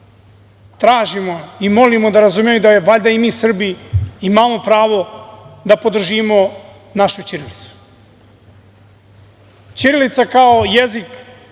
tražimo i molimo da razumeju da i mi Srbi imamo pravo da podržimo našu ćirilicu. Ćirilica kao jezik